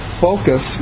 focus